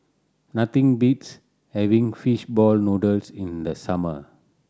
nothing beats having fish ball noodles in the summer